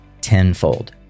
tenfold